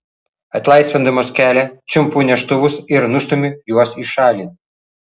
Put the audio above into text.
atlaisvindamas kelią čiumpu neštuvus ir nustumiu juos į šalį